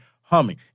humming